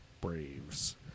Braves